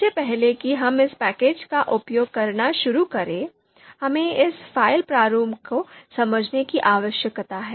इससे पहले कि हम इस पैकेज का उपयोग करना शुरू करें हमें इस फ़ाइल प्रारूप को समझने की आवश्यकता है